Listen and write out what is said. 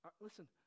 Listen